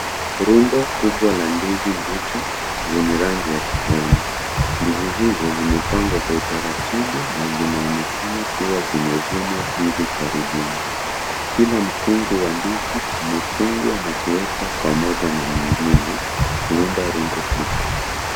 Rundo kubwa la ndizi mbichi zenye rangi ya kijani ndizi hizo zimepangwa kwa utaratibu na zinaonekana kuwa zimevunwa hivi karibuni. Kila mkungu wa ndizi umefungwa na kuwekwa pamoja na mingine kuunda rundo kubwa.